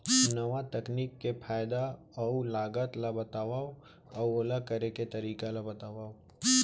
नवा तकनीक के फायदा अऊ लागत ला बतावव अऊ ओला करे के तरीका ला बतावव?